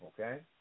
Okay